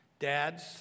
Dads